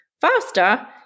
faster